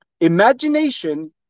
imagination